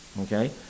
Okay